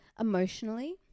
Emotionally